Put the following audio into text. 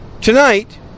Tonight